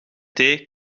thee